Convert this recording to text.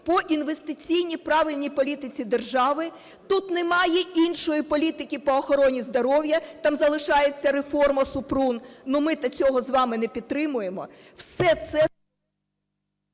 по інвестиційній правильній політиці держави, тут немає іншої політики по охороні здоров'я, там залишається реформа Супрун, ну, ми то цього з вами не підтримуємо.